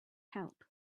help